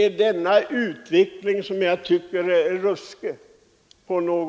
Denna utveckling tycker jag är ruskig.